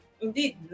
Indeed